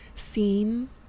seen